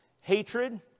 Hatred